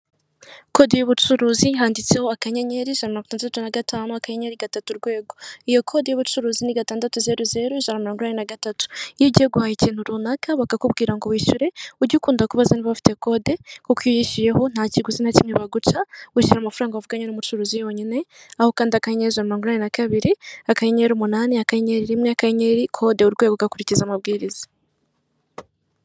Kode y'ubucuruzi handitseho akanyenyeri ijana na mirongo itandatu na gatanu akanyenyeri gatatu urwego iyo kode y'ubucuruzi ni gatandatu zeru zeru ijana na mirongo inani na gatatu iyo ugiye guhaha ikintu runaka bakakubwira ngo wishyure ujye ukunda kubaza nibafite kode kuko iyo uyishyuyeho nta kiguzi na kimwe baguca wishyura amafaranga wavuganye n'umucuruzi yonyine aho ukanda akanyenyeri ijana na mirongo inani na kabiri, akanyenyeri umunani, akanyenyeri rimwe akanyenyeri, kode urwego ugakurikiza amabwiriza.